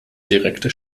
direkte